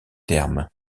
thermes